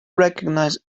recognize